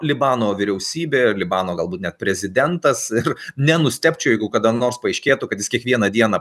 libano vyriausybė libano galbūt net prezidentas ir nenustebčiau jeigu kada nors paaiškėtų kad jis kiekvieną dieną